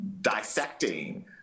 Dissecting